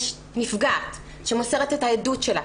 יש נפגעת שמוסרת את העדות שלה,